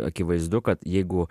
akivaizdu kad jeigu